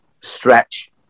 Stretch